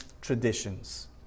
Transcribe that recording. traditions